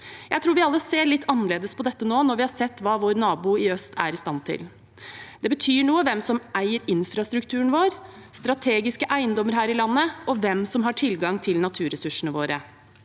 Jeg tror vi alle ser litt annerledes på dette nå når vi har sett hva vår nabo i øst er i stand til. Det betyr noe hvem som eier infrastrukturen vår og strategiske eiendommer her i landet, og hvem som har tilgang til naturressursene våre.